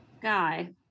guy